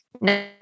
no